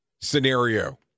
scenario